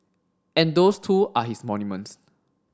and those too are his monuments